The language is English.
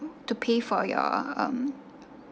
to pay for your um